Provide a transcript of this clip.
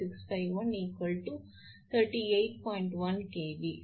1 1